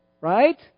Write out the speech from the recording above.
Right